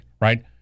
right